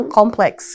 complex